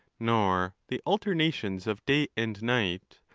nor the alternations of day and night,